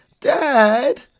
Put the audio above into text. Dad